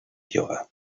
yoga